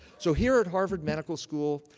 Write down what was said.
so here at harvard medical school,